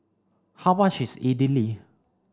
how much is Idili